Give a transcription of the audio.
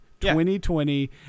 2020